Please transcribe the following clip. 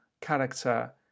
character